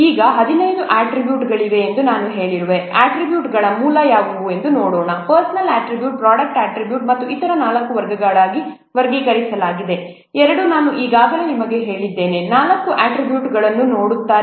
ಈಗ 15 ಅಟ್ರಿಬ್ಯೂಟ್ಗಳಿವೆ ಎಂದು ನಾನು ಹೇಳಿರುವೆ ಅಟ್ರಿಬ್ಯೂಟ್ಗಳ ಮೂಲ ಯಾವುದು ಎಂದು ನೋಡೋಣ ಪರ್ಸನ್ನೆಲ್ ಅಟ್ರಿಬ್ಯೂಟ್ ಪ್ರೊಡಕ್ಟ್ ಅಟ್ರಿಬ್ಯೂಟ್ ಮತ್ತು ಇತರ ನಾಲ್ಕು ವರ್ಗಗಳಾಗಿ ವರ್ಗೀಕರಿಸಲಾಗಿದೆ ಎರಡು ನಾನು ಈಗಾಗಲೇ ನಿಮಗೆ ಹೇಳಿದ್ದೇನೆ ನಾಲ್ಕು ಅಟ್ರಿಬ್ಯೂಟ್ಗಳನ್ನು ನೋಡುತ್ತಾರೆ